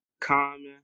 Common